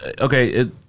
okay